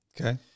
Okay